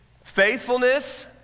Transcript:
Faithfulness